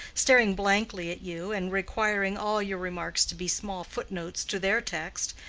staring blankly at you, and requiring all your remarks to be small foot-notes to their text.